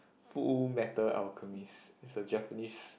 Fullmetal-Alchemist it's a Japanese